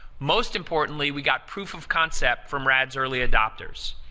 most importantly, we got proof of concept from rad's early adopters.